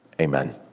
amen